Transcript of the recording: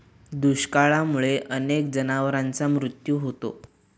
दुष्काळामुळे अनेक जनावरांचा मृत्यू होतो